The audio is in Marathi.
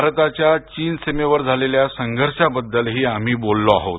भारताच्या चीन सीमेवर झालेल्या संघर्षाबद्दलही आम्ही बोललो आहोत